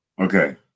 okay